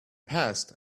past